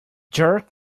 jerk